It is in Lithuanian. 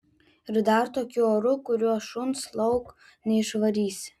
ir dar tokiu oru kuriuo šuns lauk neišvarysi